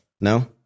No